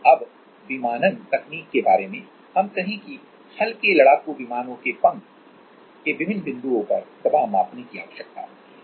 अब विमानन तकनीक के बारे में हम कहें कि हल्के लड़ाकू विमानों के पंख विंग के विभिन्न बिंदुओं पर दबाव मापने की आवश्यकता होती है